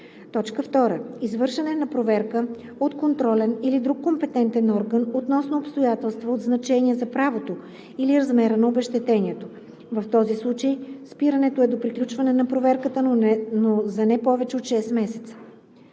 2. извършване на проверка от контролен или друг компетентен орган относно обстоятелства от значение за правото или размера на обезщетението; в този случай спирането е до приключване на проверката, но за не повече от 6 месеца.“